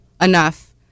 enough